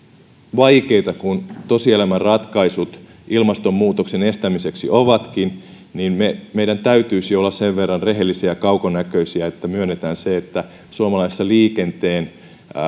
vaikeita kuin tosielämän ratkaisut ilmastonmuutoksen estämiseksi ovatkin meidän täytyisi olla sen verran rehellisiä ja kaukonäköisiä että myönnämme sen että suomalaisissa liikenteen